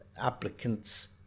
applicants